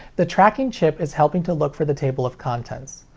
the tracking chip is helping to look for the table of contents.